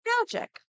magic